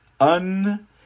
un